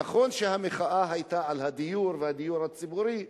נכון שהמחאה היתה על הדיור והדיור הציבורי,